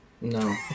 No